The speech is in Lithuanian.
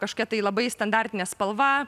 kažkokia tai labai standartine spalva